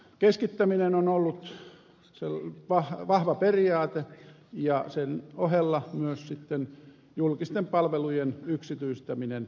keskittäminen on ollut vahva periaate ja sen ohella myös sitten julkisten palvelujen yksityistäminen